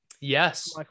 Yes